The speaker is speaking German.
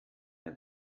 ein